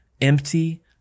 empty